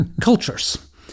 cultures